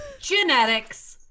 genetics